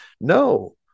No